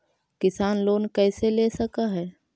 किसान लोन कैसे ले सक है?